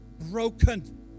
broken